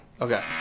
okay